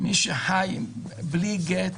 מי שחי בלי גט